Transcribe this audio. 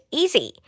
easy